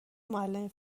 معلم